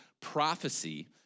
prophecy